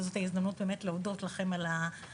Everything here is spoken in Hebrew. וזאת גם ההזדמנות להודות להם על הסיוע,